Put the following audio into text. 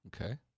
Okay